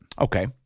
Okay